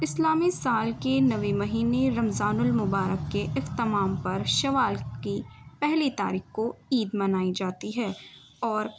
اسلامی سال کے نوے مہینے رمضان المبارک کے اختمام پر شوال کی پہلی تاریخ کو عید منائی جاتی ہے اور